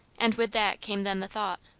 and with that came then the thought,